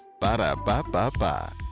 Ba-da-ba-ba-ba